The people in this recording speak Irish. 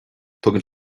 tugann